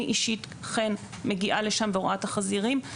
אני אישית אכן מגיעה לשם ורואה את החזירים,